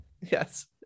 Yes